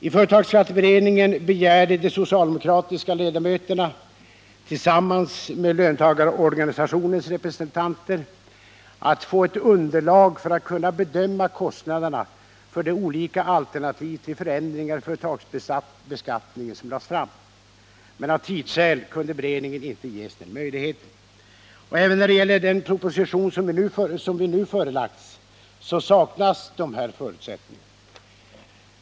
I företagsskatteberedningen begärde de socialdemokratiska ledamöterna, tillsammans med löntagarorganisationernas representanter, att få ett underlag för att kunna bedöma kostnaderna för de olika alternativ till förändringar i företagsbeskattningen som lades fram. Men av tidsskäl kunde inte beredningen ges den möjligheten. Även när det gäller den proposition som vi nu förelagts saknas dessa förutsättningar.